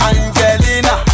Angelina